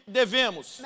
devemos